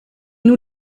nous